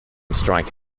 strike